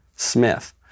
Smith